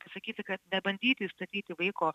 pasakyti kad nebandytų įstatyti vaiko